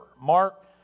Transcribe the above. Mark